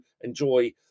enjoy